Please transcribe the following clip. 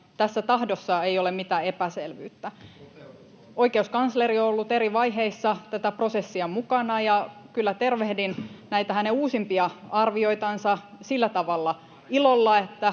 Tässä tahdossa ei ole mitään epäselvyyttä. [Petri Huru: Toteutus ontuu!] Oikeuskansleri on ollut mukana eri vaiheissa tätä prosessia, ja kyllä tervehdin näitä hänen uusimpia arvioitansa sillä tavalla ilolla,